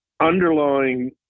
underlying